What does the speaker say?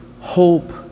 hope